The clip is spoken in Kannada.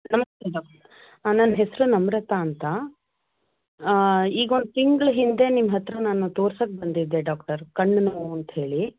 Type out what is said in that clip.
ನಮಸ್ತೆ ಡಾಕ್ಟ ನನ್ನ ಹೆಸರು ನಮ್ರತಾ ಅಂತ ಈಗ ಒಂದು ತಿಂಗಳ ಹಿಂದೆ ನಿಮ್ಮ ಹತ್ತಿರ ನಾನು ತೋರಿಸೋಕ್ಕೆ ಬಂದಿದ್ದೆ ಡಾಕ್ಟರ್ ಕಣ್ಣು ನೋವು ಅಂತ ಹೇಳಿ